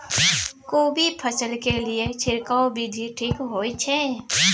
कोबी फसल के लिए छिरकाव विधी ठीक होय छै?